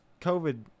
COVID